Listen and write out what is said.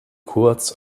kurz